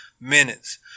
minutes